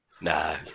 No